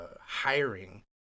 hiring